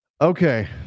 Okay